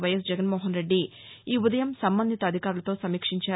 YS Jaganmohan Reddy ఈ ఉదయం సంబంధిత అధికారులతో సమీక్షించారు